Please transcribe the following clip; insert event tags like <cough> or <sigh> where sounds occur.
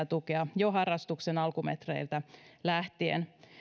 <unintelligible> tukea jo harrastuksen alkumetreiltä lähtien